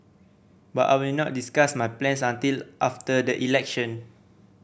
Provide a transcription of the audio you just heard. but I will not discuss my plans until after the election